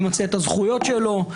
ממצה את הזכויות שלו,